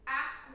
ask